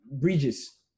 bridges